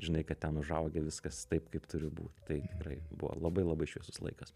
žinai kad ten užaugę viskas taip kaip turi būti tai tikrai buvo labai labai šviesus laikas